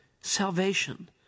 salvation